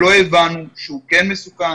שלא הבנו שהוא כן מסוכן.